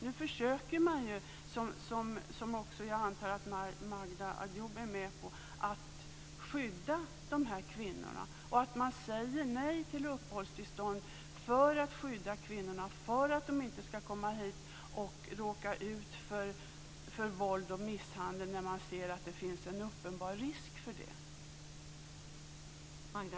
Nu försöker man ju, som jag antar att Magda Ayoub är med på, skydda de här kvinnorna. Att man säger nej till uppehållstillstånd är för att skydda kvinnorna, för att de inte ska komma hit och råka ut för våld och misshandel, när man ser att det finns en uppenbar risk för detta.